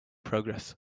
progress